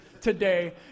today